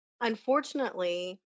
unfortunately